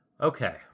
Okay